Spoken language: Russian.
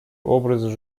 образ